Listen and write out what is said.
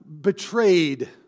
betrayed